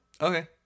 Okay